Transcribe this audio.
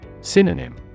Synonym